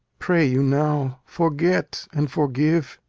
pray you now, forget and forgive.